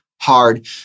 hard